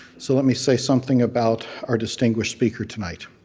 so let me say something about our distinguished speaker tonight.